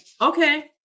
okay